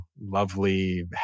lovely